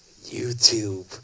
YouTube